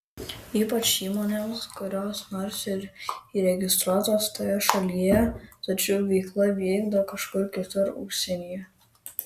ypač įmonėms kurios nors ir įregistruotos toje šalyje tačiau veiklą vykdo kažkur kitur užsienyje